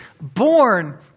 born